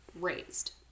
raised